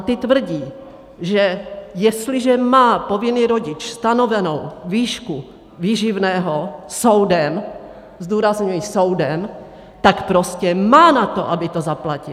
Ty tvrdí, že jestliže má povinný rodič stanovenu výšku výživného soudem, zdůrazňuji soudem, tak prostě má na to, aby to zaplatil!